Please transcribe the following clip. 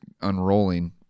unrolling